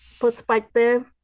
perspective